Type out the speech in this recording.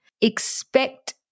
expect